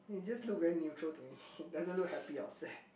it just look very neutral to me doesn't look happy or sad